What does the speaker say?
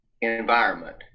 environment